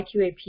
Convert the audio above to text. IQAP